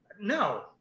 No